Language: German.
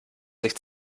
sich